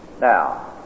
now